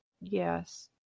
yes